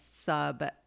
sub-